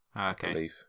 Okay